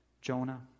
Jonah